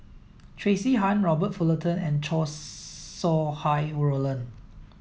Tracey Tan Robert Fullerton and Chow Sau Hai Roland